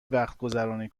وقتگذرانی